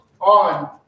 on